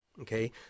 Okay